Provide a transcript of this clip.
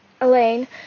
Elaine